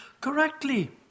correctly